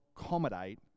accommodate